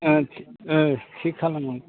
औ औ थिग खालामो